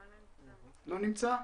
לא נמצא.